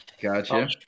gotcha